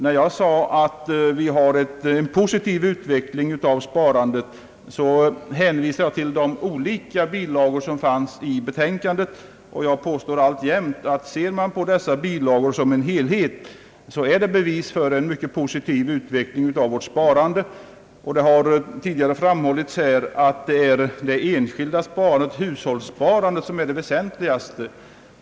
När jag gjorde gällande att vi har en positiv utveckling av sparandet hänvisade jag till de olika bilagor som finns intagna i betänkandet. Jag påstår alltjämt, att om man ser på dessa bilagor som en helhet är de bevis för en mycket positiv utveckling av vårt spa rande. Det har tidigare framhållits att hushållssparandet är det väsentligaste.